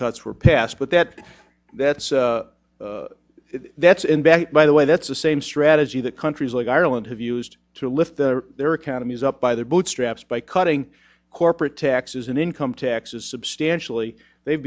cuts were passed but that that's that's in back by the way that's the same strategy that countries like ireland have used to lift their economies up by their bootstraps by cutting corporate taxes and income taxes substantially they